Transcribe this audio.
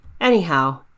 Anyhow